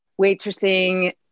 waitressing